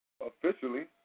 Officially